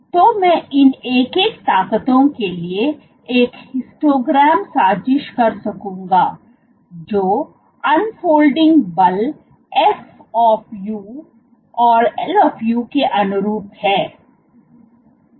तो मैं इन एक एक ताकतों के लिए एक हिस्टोग्राम साजिश कर सकूंगा जो अनफोल्डिंग बल f of uऔरL of u के अनुरूप है